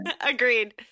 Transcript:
Agreed